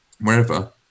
wherever